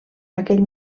aquell